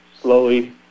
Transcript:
slowly